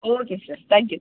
okay sir thank you